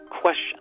question